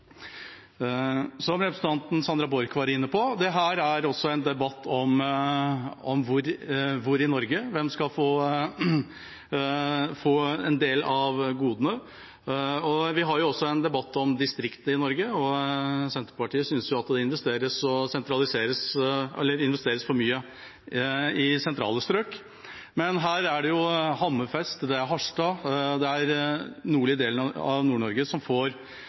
Som representanten Sandra Borch var inne på: Dette er også en debatt om hvor i Norge man skal få en del av godene. Vi har også en debatt om distriktene i Norge. Senterpartiet synes at det investeres for mye i sentrale strøk, men her er det jo Hammerfest, Harstad og den nordlige delen av Nord-Norge som får effektene av de store investeringene som